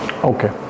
okay